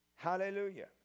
Hallelujah